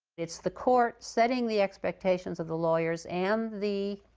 it's the court setting the expectations of the lawyers and the